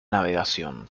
navegación